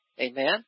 Amen